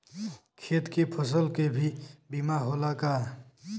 खेत के फसल के भी बीमा होला का?